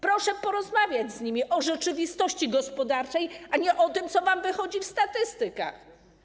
Proszę porozmawiać z nimi o rzeczywistości gospodarczej, a nie o tym, co wam wychodzi w statystykach.